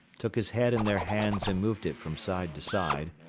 took his head in their hands and moved it from side to side,